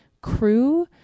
crew